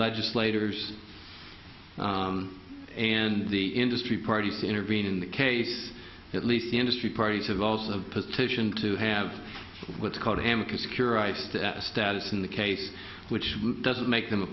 legislators and the industry party intervene in the case at least the industry parties have also petition to have what's called a hammock a secure iced at status in the case which doesn't make them a